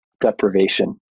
deprivation